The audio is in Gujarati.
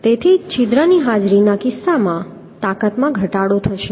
તેથી જ છિદ્રની હાજરીના કિસ્સામાં તાકાતમાં ઘટાડો થશે